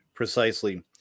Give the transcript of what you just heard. Precisely